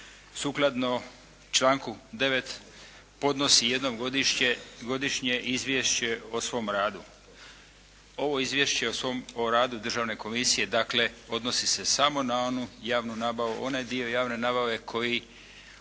Sukladno članku 9. podnosi jednom godišnje izvješće o svom radu. Ovo izvješće o radu Državne komisije dakle odnosi se samo na onu javnu nabavu, onaj dio javne nabave koji